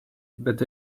but